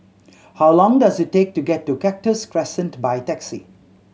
how long does it take to get to Cactus Crescent by taxi